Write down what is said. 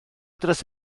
dros